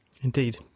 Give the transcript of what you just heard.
indeed